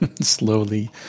slowly